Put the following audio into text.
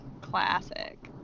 classic